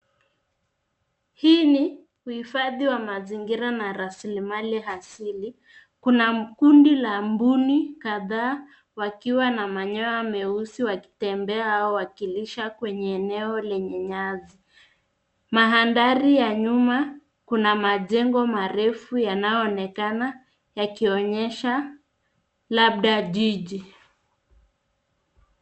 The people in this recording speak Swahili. Hii ni uhifadhi wa mazingira na rasilimali asili. Kuna kundi la mbuni kadhaa wakiwa na manyoya meusi wakitembea au wakilisha kwenye eneo lenye nyasi. Mandhari ya nyuma kuna majengo marefu yanayoonekana yakionyesha labda jiji.